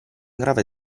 grave